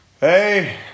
Hey